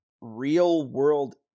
real-world